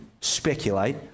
speculate